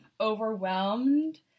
overwhelmed